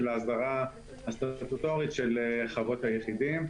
ההסדרה הסטטוטורית של חוות היחידים.